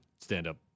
stand-up